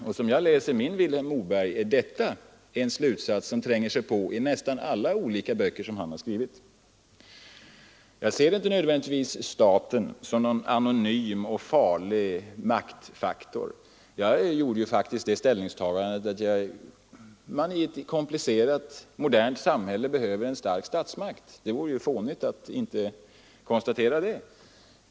Och som jag läser min Vilhelm Moberg är detta en slutsats som tränger sig på i nästan alla de böcker han har skrivit. Jag ser inte nödvändigtvis staten som någon anonym och farlig maktfaktor. Jag gjorde faktiskt det ställningstagandet att man i ett komplicerat modernt samhälle behöver en stark statsmakt. Det vore ju fånigt att inte konstatera det.